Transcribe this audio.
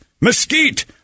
mesquite